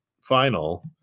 final